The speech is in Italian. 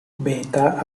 beta